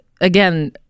again